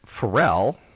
Pharrell